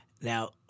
Now